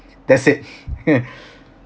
that's it